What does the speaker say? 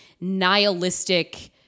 nihilistic